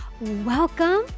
welcome